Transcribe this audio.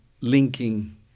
linking